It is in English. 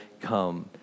come